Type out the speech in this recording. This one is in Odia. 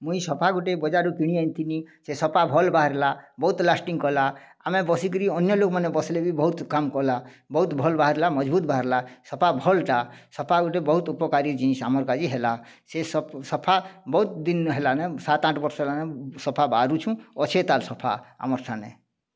ମୁଇଁ ସୋଫା ଗୁଟେ ବଜାରନୁ କିଣି ଆଣିଥିଲି ସେ ସୋଫା ଭଲ ବାହାରିଲା ବହୁତ ଲାଷ୍ଟିଂ କଲା ଆମେ ବସିକରି ଅନ୍ୟ ଲୋକମାନେ ବସିଲେ ବି ବହୁତ କାମ କଲା ବହୁତ ଭଲ ବାହାରିଲା ମଜବୁତ୍ ବାହାରିଲା ସୋଫା ଭଲଟା ସୋଫା ଗୁଟେ ବହୁତ ଉପକାରୀ ଜିନିଷ ଆମର୍ କାଜି ହେଲା ସେ ସୋଫା ବହୁତ ଦିନ ହେଲାଣି ସାତ ଆଠ ବର୍ଷ ହେଲାଣି ସୋଫା ବାହାରୁଛୁଁ ଅଛେ ତା'ର୍ ସୋଫା ଆମର୍ ସାଙ୍ଗେ